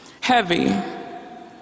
heavy